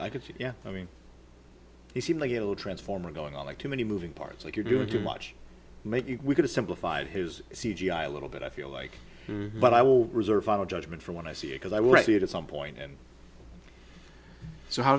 i can see yeah i mean he seemed like a transformer going on like too many moving parts like you're doing too much maybe we could have simplified his c g i a little bit i feel like but i will reserve judgment for when i see it because i want you to some point and so how